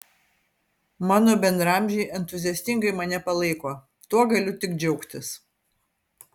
mano bendraamžiai entuziastingai mane palaiko tuo galiu tik džiaugtis